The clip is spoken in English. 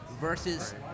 versus